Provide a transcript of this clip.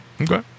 Okay